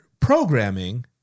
programming